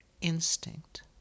instinct